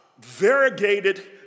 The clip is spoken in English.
variegated